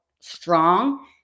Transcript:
strong